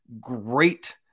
great